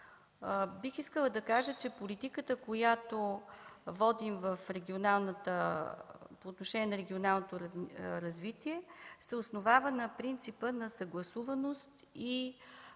бих искала да кажа, че политиката, която водим по отношение на регионалното развитие, се основава на принципа на съгласуваност и